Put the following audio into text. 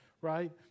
right